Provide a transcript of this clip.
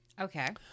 Okay